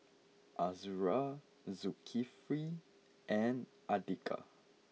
Azura Zulkifli and Andika